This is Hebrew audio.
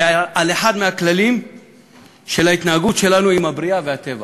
ואחד מהכללים של ההתנהגות שלנו עם הבריאה והטבע.